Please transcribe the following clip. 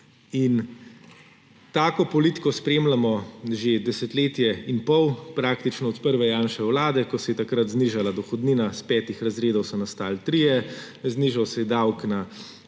In tako politiko spremljamo že desetletje in pol, praktično od prve Janševe vlade, ko se je takrat znižala dohodnina iz petih razredov so nastali trije, znižal se je davek na